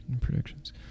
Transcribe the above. predictions